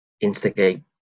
instigate